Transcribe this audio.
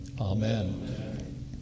Amen